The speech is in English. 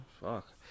Fuck